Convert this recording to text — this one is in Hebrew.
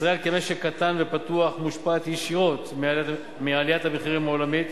ישראל כמשק קטן ופתוח מושפעת ישירות מעליית המחירים העולמית.